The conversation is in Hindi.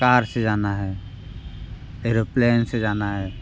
कार से जाना है एरोप्लेन से जाना है